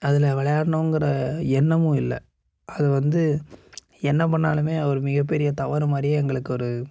அதில் விளையாட்ணுங்கிற எண்ணமும் இல்லை அது வந்து என்ன பண்ணாலுமே அது ஒரு மிகப்பெரிய தவறு மாதிரியே எங்களுக்கு ஒரு